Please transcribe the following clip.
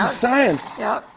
science. yeah.